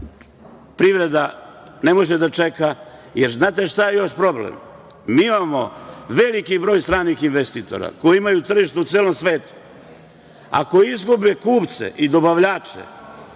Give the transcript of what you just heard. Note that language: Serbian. ne može da čeka. Znate šta je još problem? Mi imamo veliki broj stranih investitora koji imaju tržište u celom svetu, ako izgube kupce i dobavljače,